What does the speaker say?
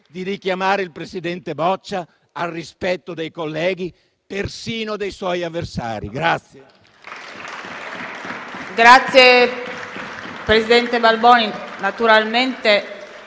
di richiamare il presidente Boccia al rispetto dei colleghi, persino dei suoi avversari.